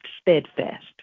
steadfast